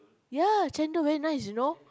ya chendol very nice you know